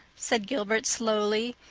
said gilbert slowly,